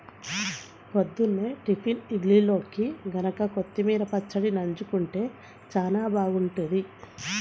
పొద్దున్నే టిఫిన్ ఇడ్లీల్లోకి గనక కొత్తిమీర పచ్చడి నన్జుకుంటే చానా బాగుంటది